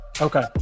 okay